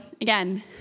again